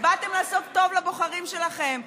באתם לעשות טוב לבוחרים שלכם,